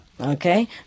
Okay